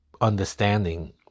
understanding